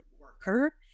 worker